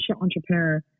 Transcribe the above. entrepreneur